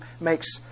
makes